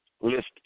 list